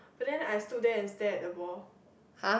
but then I stood there and stare at the ball